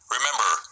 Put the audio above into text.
Remember